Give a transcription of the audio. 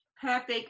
perfect